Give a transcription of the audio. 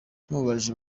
tumubajije